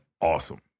awesome